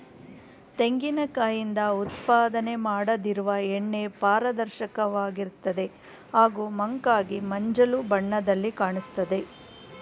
ತೆಂಗಿನ ಕಾಯಿಂದ ಉತ್ಪಾದನೆ ಮಾಡದಿರುವ ಎಣ್ಣೆ ಪಾರದರ್ಶಕವಾಗಿರ್ತದೆ ಹಾಗೂ ಮಂಕಾಗಿ ಮಂಜಲು ಬಣ್ಣದಲ್ಲಿ ಕಾಣಿಸ್ತದೆ